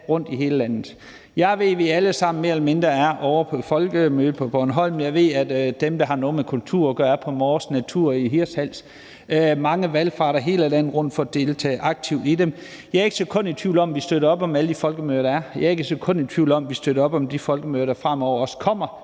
rundt i hele landet. Jeg ved, at vi mere eller mindre alle sammen er ovre på Folkemødet på Bornholm. Jeg ved, at dem, der har noget med kultur at gøre, er på Kulturmødet Mors, og at dem med natur er på Naturmødet i Hirtshals. Mange valfarter rundt i hele landet for at deltage aktivt i dem. Jeg er ikke et sekund i tvivl om, at vi støtter op om alle de folkemøder, der er. Jeg er ikke et sekund i tvivl om, at vi støtter op om de folkemøder, der fremover også kommer.